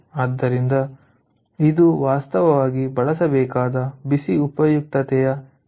ಆದ್ದರಿಂದ ಇದು ವಾಸ್ತವವಾಗಿ ಬಳಸಬೇಕಾದ ಬಿಸಿ ಉಪಯುಕ್ತತೆಯ ಕನಿಷ್ಠ ಮೊತ್ತ 107